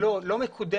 לא, לא מקודמת.